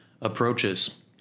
approaches